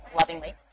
lovingly